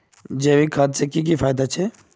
जैविक खाद से की की फायदा छे?